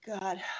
god